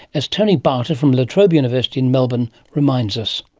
as tony barta from la trobe university in melbourne reminds us.